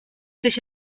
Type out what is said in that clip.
sich